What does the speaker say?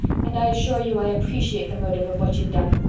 and i assure you i appreciate the motive of what you've done.